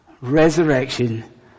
resurrection